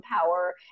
power